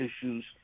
issues